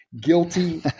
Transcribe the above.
Guilty